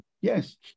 Yes